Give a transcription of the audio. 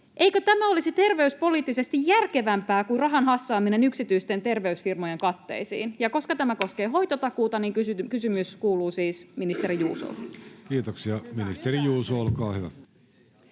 eikö tämä olisi terveyspoliittisesti järkevämpää kuin rahan hassaaminen yksityisten terveysfirmojen katteisiin? Koska tämä koskee hoitotakuuta, niin kysymys kuuluu siis ministeri Juusolle. [Speech 36] Speaker: Jussi Halla-aho